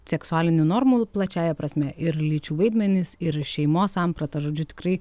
seksualinių normų plačiąja prasme ir lyčių vaidmenys ir šeimos samprata žodžiu tikrai